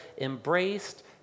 embraced